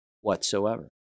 whatsoever